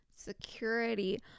security